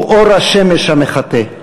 הוא אור השמש המחטא,